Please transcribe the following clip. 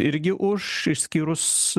irgi už išskyrus